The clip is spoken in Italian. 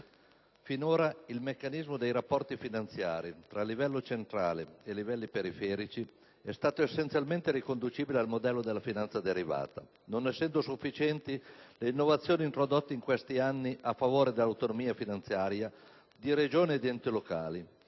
Finora il meccanismo dei rapporti finanziari tra il livello centrale e i livelli periferici è stato essenzialmente riconducibile al modello della finanza derivata, non essendo sufficienti le innovazioni introdotte in questi anni a favore dell'autonomia finanziaria di Regioni ed enti locali